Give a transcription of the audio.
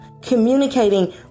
Communicating